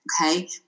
Okay